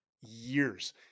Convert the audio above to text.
years